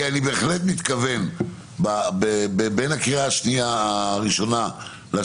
אני בהחלט מתכוון בין הקריאה הראשונה לקריאה